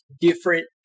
different